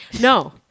no